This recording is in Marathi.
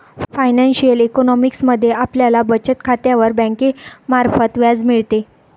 फायनान्शिअल इकॉनॉमिक्स मध्ये आपल्याला बचत खात्यावर बँकेमार्फत व्याज मिळते